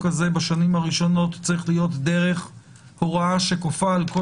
הזה בשנים הראשונות צריך להיות דרך הוראה שכופה על כל